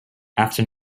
after